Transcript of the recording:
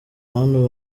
bantu